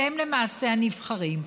שהם למעשה הנבחרים.